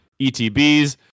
ETBs